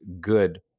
good